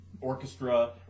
Orchestra